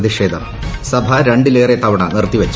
പ്രതിഷേധം സഭ രണ്ടിലേറെ തവണ നിർത്തിവച്ചു